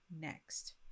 next